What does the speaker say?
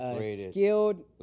Skilled